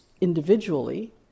individually